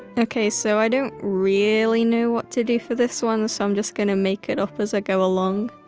okay so i don't really know what to do for this one, so i'm just gonna make it up as i go along